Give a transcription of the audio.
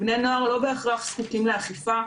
בני נוער לא בהכרח זקוקים לאכיפה,